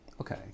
Okay